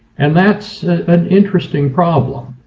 and that's an interesting problem.